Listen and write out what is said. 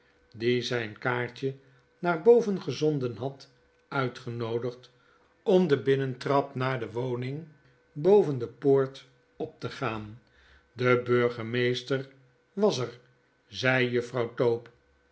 die zijn kaartje naar boven gezonden had uitgenoodigd om de binnentrap naar de woning boven de poort op te gaan de burgemeester was er zei juffrouw tope